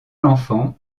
l’enfant